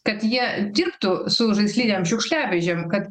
kad jie dirbtų su žaislinėm šiukšliavežėm kad